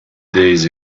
days